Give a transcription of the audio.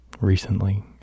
recently